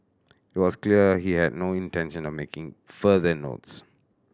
it was clear he had no intention of making further notes